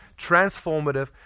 transformative